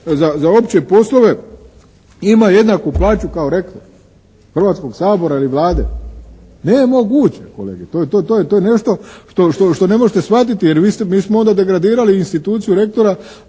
za opće poslove ima jednaku plaću kao rektor, Hrvatskog sabora ili Vlade? Nemoguće kolege. To je nešto što ne možete shvatiti jer mi smo onda degradirali instituciju rektora